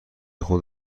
خود